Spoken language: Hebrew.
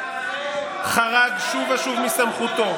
העליון חרג שוב ושוב מסמכותו,